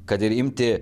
kad ir imti